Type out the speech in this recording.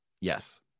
yes